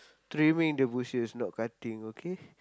trimming the bushes not cutting okay